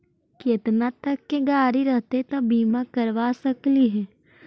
केतना तक के गाड़ी रहतै त बिमा करबा सकली हे?